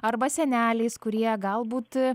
arba seneliais kurie galbūt